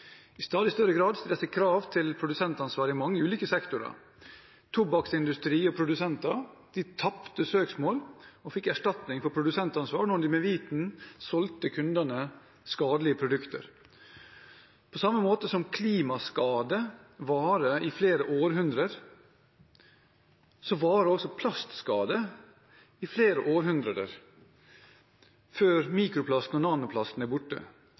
I stadig større grad stilles krav til produsentansvar i mange ulike sektorer. Tobakksindustri og -produsenter tapte et søksmål og fikk erstatning for produsentansvar da de med vitende og vilje solgte kundene skadelige produkter. På samme måte som klimaskade varer i flere århundrer, varer også plastskade i flere århundrer før mikroplasten og nanoplasten er borte.